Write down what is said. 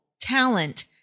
talent